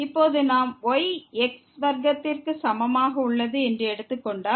இப்போது நாம் y x வர்க்கத்திற்கு சமமாக உள்ளது என்று எடுத்துக் கொண்டால்